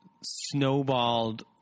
snowballed